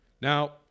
Now